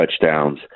touchdowns